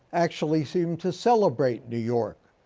actually seem to celebrate new york.